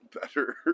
better